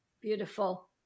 beautiful